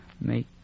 make